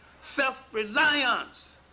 self-reliance